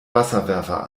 wasserwerfer